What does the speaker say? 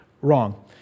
wrong